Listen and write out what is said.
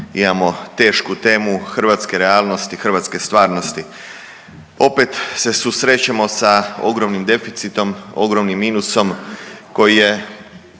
imamo tešku temu hrvatske realnosti, hrvatske stvarnosti. Opet se susrećemo sa ogromnim deficitom, ogromnim minusom koji je